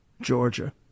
georgia